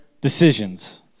decisions